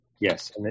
Yes